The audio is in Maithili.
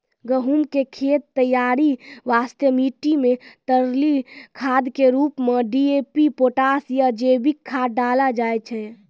गहूम के खेत तैयारी वास्ते मिट्टी मे तरली खाद के रूप मे डी.ए.पी पोटास या जैविक खाद डालल जाय छै